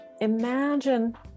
imagine